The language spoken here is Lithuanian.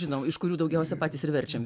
žinau iš kurių daugiausia patys ir verčiam